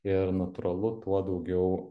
ir natūralu tuo daugiau